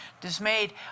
dismayed